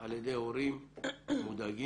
על ידי הורים מודאגים,